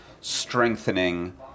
strengthening